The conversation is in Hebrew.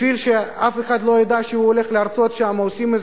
בשביל שאף אחד לא ידע שהוא הולך להרצות שם עושים את